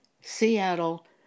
Seattle